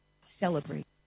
celebrate